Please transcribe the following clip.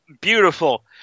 Beautiful